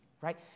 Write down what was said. right